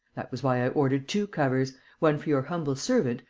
that was why i ordered two covers one for your humble servant,